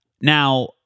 Now